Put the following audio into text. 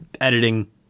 editing